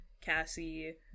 Cassie